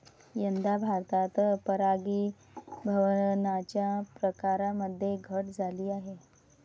यंदा भारतात परागीभवनाच्या प्रकारांमध्ये घट झाली आहे